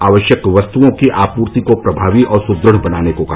आवश्यक वस्तुओं की आपूर्ति को प्रभावी और सुदृढ़ बनाने को कहा